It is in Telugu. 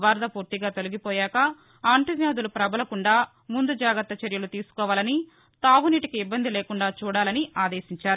వరద పూర్తిగా తొలగిపోయాక అంటు వ్యాధులు ప్రబలకుండా ముందు జాగ్రత్తలు తీసుకోవాలని తాగునీటికి ఇబ్బంది లేకుండా చూడాలని ఆదేశించారు